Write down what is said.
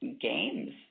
games